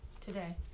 today